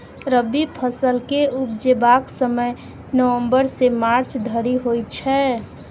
रबी फसल केँ उपजेबाक समय नबंबर सँ मार्च धरि होइ छै